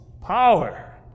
power